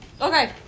Okay